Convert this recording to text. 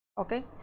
okay